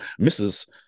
mrs